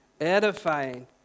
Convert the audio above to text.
edifying